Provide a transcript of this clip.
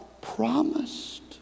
promised